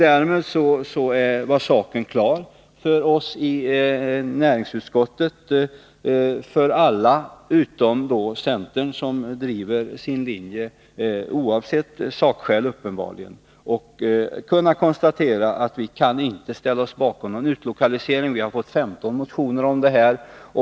Därmed var saken klar för alla i näringsutskottet utom centern — som driver sin linje, uppenbarligen oavsett sakskälen — att vi inte kan ställa oss bakom någon utlokalisering. Vi har fått 15 motioner om detta.